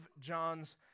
john's